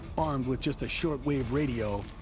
armed with just a short-wave radio,